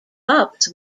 cups